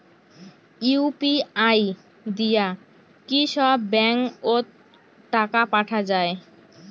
UPI দিয়া কি সব ব্যাংক ওত টাকা পাঠা যায়?